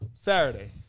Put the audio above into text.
Saturday